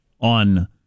on